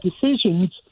decisions